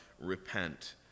Repent